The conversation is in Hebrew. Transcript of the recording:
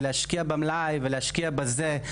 ולהשקיע במלאי ולהשקיע בזה.